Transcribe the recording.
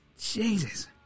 Jesus